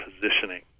positioning